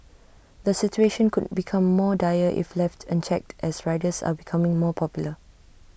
the situation could become more dire if left unchecked as riders are becoming more popular